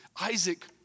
Isaac